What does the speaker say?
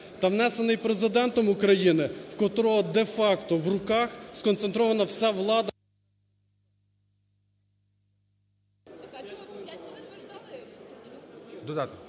Та внесений Президентом України, в котрого де-факто в руках сконцентрована вся влада…